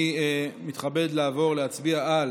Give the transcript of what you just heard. אני מתכבד לעבור להצביע על